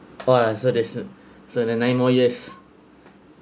!wah! so there's so the nine more years